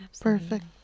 Perfect